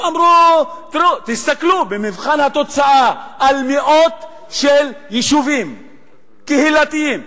תסתכלו במבחן התוצאה על מאות של יישובים קהילתיים.